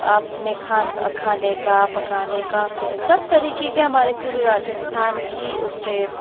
अपने खान खाने का पकाने का सब तरीके के हमारे पूरे राजस्थान की उस पर